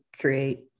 create